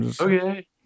Okay